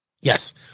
yes